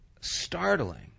startling